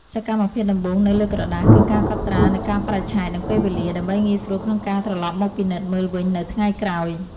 សកម្មភាពដំបូងនៅលើក្រដាស គឺការកត់ត្រានូវកាលបរិច្ឆេទ និងពេលវេលា ដើម្បីងាយស្រួលក្នុងការត្រឡប់មកពិនិត្យមើលវិញនៅថ្ងៃក្រោយ។